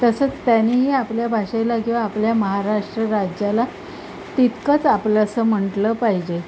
तसंच त्यानेही आपल्या भाषेला किंवा आपल्या महाराष्ट्र राज्याला तितकंच आपलं असं म्हंटलं पाहिजे